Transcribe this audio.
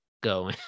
go